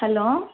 hello